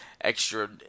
extra